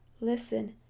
listen